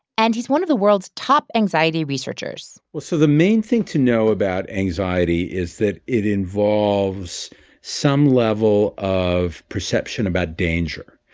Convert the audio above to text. and he's one of the world's top anxiety researchers well, so the main thing to know about anxiety is that it involves some level of perception about danger.